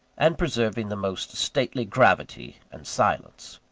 and preserving the most stately gravity and silence.